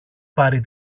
πάρει